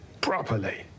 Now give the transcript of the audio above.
properly